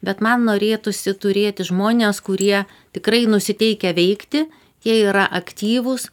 bet man norėtųsi turėti žmones kurie tikrai nusiteikę veikti jie yra aktyvūs